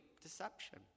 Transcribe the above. deception